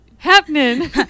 happening